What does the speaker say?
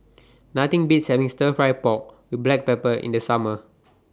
Nothing Beats having Stir Fry Pork with Black Pepper in The Summer